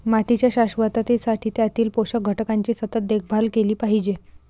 मातीच्या शाश्वततेसाठी त्यातील पोषक घटकांची सतत देखभाल केली पाहिजे